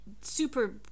super